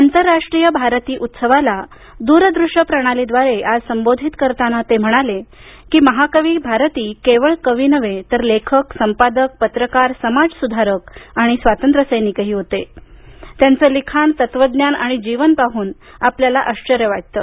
आंतरराष्ट्रीय भारती उत्सवाला दूरदृश्य प्रणालीद्वारे आज संबोधित करताना ते म्हणाले की महाकवी भारती केवळ कवी नव्हे तर लेखक संपादक पत्रकार समाज सुधारक स्वातंत्र्य सैनिकही होते आणि त्यांचे लिखाण तत्वज्ञान आणि जीवन पाहून आपल्याला आश्चर्य वाटतं